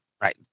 Right